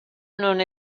non